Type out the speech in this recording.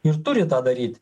ir turi tą daryt